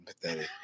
pathetic